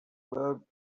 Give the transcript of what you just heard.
club